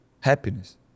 Happiness